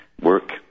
work